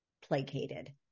placated